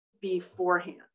beforehand